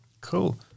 Cool